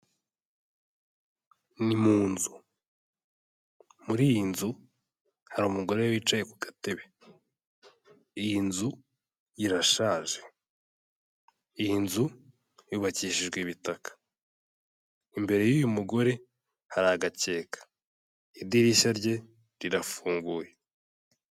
Ni mu nzu. Muri iyi nzu hari umugore wicaye ku gatebe. Iyi nzu irashaje. Iyi nzu yubakishijwe ibitaka. Imbere y'uyu mugore hari agakeka. Idirishya rye rirafunguye.